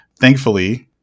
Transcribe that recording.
Thankfully